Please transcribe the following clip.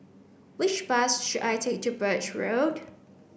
which bus should I take to Birch Road